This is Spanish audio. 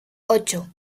ocho